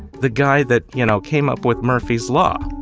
the guy that, you know, came up with murphy's law,